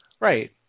Right